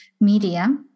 media